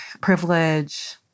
privilege